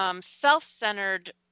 self-centered